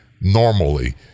normally